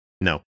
No